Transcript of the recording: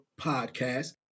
podcast